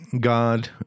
God